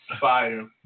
Fire